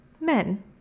men